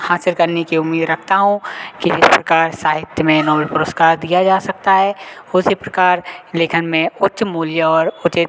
हासिल करने की उम्मीद रखता हूँ कि जिस प्रकार साहित्य में नोबल पुरस्कार दिया जा सकता है उसी प्रकार लेखन में उच्च मूल्य और उचित